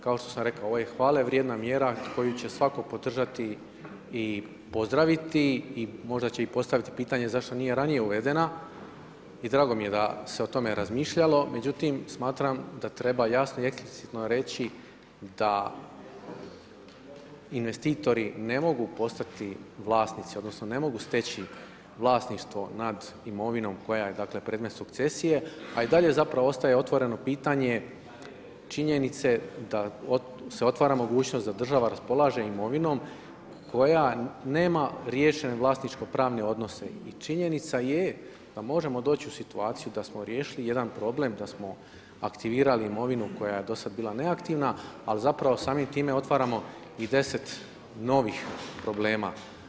Kao što sam rekao, ovo je hvale vrijedna mjera, koju će svatko podržati i pozdraviti i možda će i postaviti pitanje, zašto nije i ranije uvedena i drago mi je da se o tome razmišljalo međutim smatram da treba jasno i eksplicitno reći da investitori ne mogu postati vlasnici odnosno ne mogu steći vlasništvo nad imovinom koja je predmet sukcesije a i dalje zapravo ostaje otvoreno pitanje činjenice da se otvara mogućnost da država raspolaže imovinom koja nema riješene vlasničko-pravne odnose i činjenica je da možemo doći u situaciji dasmo riješili jedan problem, da smo aktivirali imovinu koja je dosad bila neaktivno ali zapravo samim time otvaramo i 10 novih problema.